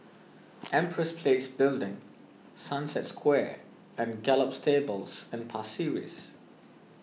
Empress Place Building Sunset Square and Gallop Stables and Pasir Ris